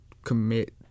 commit